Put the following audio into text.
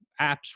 apps